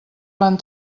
van